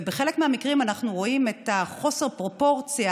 ובחלק מהמקרים אנחנו רואים את חוסר הפרופורציה